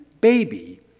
baby